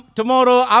tomorrow